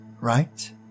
Right